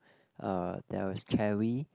uh there was cherry